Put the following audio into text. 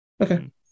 Okay